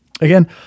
again